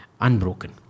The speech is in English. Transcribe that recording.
unbroken